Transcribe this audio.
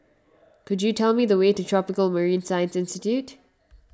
could you tell me the way to Tropical Marine Science Institute